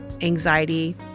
anxiety